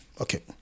Okay